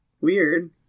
weird